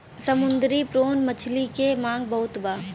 समुंदरी प्रोन मछली के मांग बहुत बा